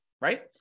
right